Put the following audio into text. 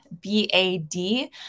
B-A-D